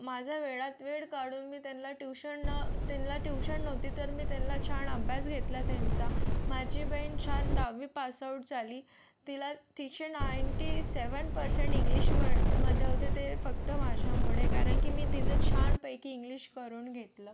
माझ्या वेळात वेळ काढून मी त्यांना ट्युशन त्यांला ट्युशन नव्हती तर मी त्यांला छान अभ्यास घेतला त्यांचा माझी बहीण छान दहावी पासआउट झाली तिला तिचे नाईंटीसेवन पर्सेंट इंग्लिशम मध्ये होते ते फक्त माझ्यामुळे कारण की मी तिचं छानपैकी इंग्लिश करून घेतलं